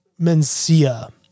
Mencia